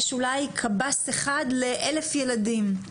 יש אולי קב"ס אחד לאלף ילדים.